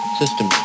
system